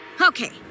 Okay